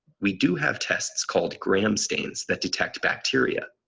we do have tests called gram stains that detect bacteria,